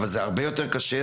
אבל זה הרבה יותר קשה,